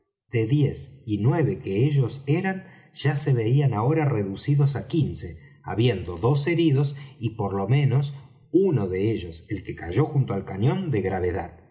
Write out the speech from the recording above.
de diez y nueve que ellos eran ya se veían ahora reducidos á quince habiendo dos heridos y por lo menos uno de ellos el que cayó junto al cañón de gravedad